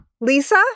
Lisa